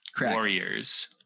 warriors